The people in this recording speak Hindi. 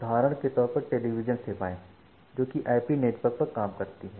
उदाहरण के तौर पर टेलीविजन सेवाएं जोकि आईपी नेटवर्क पर काम करती हैं